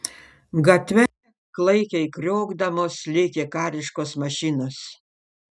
gatve klaikiai kriokdamos lėkė kariškos mašinos